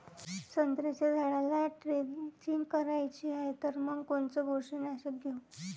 संत्र्याच्या झाडाला द्रेंचींग करायची हाये तर मग कोनच बुरशीनाशक घेऊ?